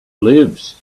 lives